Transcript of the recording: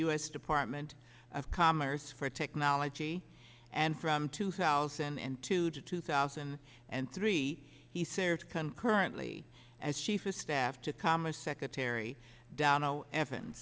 s department of commerce for technology and from two thousand and two to two thousand and three he served concurrently as chief of staff to commerce secretary don no e